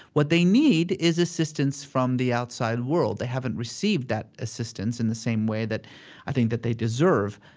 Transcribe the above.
what they need is assistance from the outside world. they haven't received that assistance in the same way that i think that they deserve,